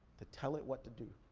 to tell it what to do.